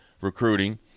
recruiting